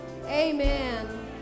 Amen